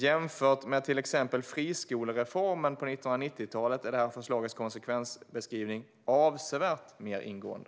Jämfört med till exempel friskolereformen på 1990-talet är det här förslagets konsekvensbeskrivning avsevärt mer ingående.